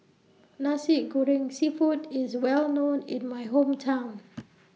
Nasi Goreng Seafood IS Well known in My Hometown